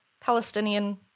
Palestinian